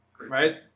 right